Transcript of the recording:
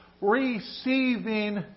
receiving